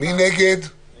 הצבעה